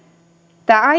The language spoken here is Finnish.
tämä